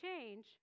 change